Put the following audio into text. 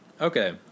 Okay